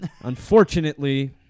Unfortunately